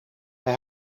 hij